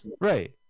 right